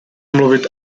mluvit